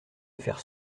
faire